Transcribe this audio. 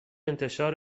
انتشار